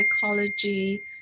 psychology